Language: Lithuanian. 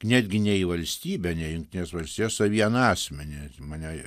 netgi ne į valstybę ne į jungtines valstijas o į vieną asmenį mane